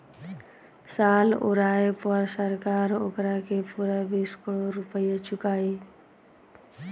साल ओराये पर सरकार ओकारा के पूरा बीस करोड़ रुपइया चुकाई